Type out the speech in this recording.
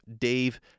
Dave